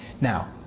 Now